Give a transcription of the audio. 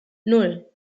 nan